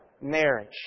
marriage